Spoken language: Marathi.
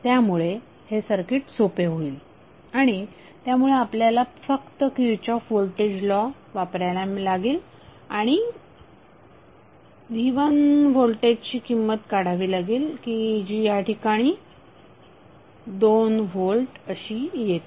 त्यामुळे हे सर्किट सोपे होईल आणि त्यामुळे आपल्याला फक्त किरचॉफ व्होल्टेज लॉ वापरायला लागेल आणि v1 व्होल्टेजची किंमत काढावी लागेल की जी या ठिकाणी 2 व्होल्ट अशी येते